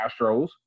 Astros